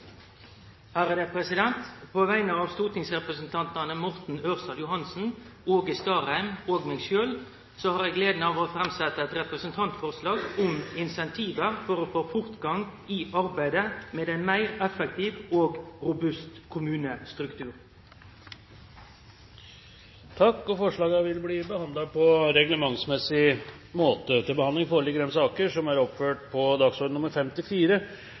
vegner av stortingsrepresentantane Morten Ørsal Johansen, Åge Starheim og meg sjølv har eg gleda av å setje fram eit representantforslag om incentiv for å få fortgang i arbeidet med ein meir effektiv og robust kommunestruktur. Forslagene vil bli behandlet på reglementsmessig måte. Stortinget mottok mandag meddelelse fra Statsministerens kontor om at statsminister Jens Stoltenberg vil møte til muntlig spørretime. Statsministeren er